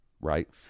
right